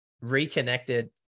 reconnected